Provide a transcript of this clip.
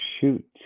Shoot